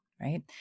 Right